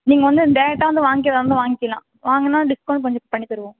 நீங்கள் வந்து டேரக்ட்டாக வந்து வாங்க்கிறதா இருந்தால் வாங்க்கிலாம் வாங்கினா டிஸ்கௌண்ட் கொஞ்சோம் பண்ணித் தருவோம்